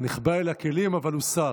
נחבא אל הכלים, אבל הוא שר.